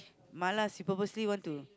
she purposely want to